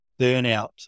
burnout